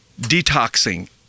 Detoxing